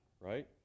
right